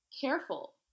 careful